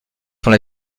sont